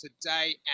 today